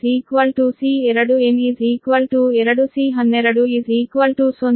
so C1n C2n 2 C12 0